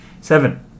seven